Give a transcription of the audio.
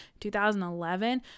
2011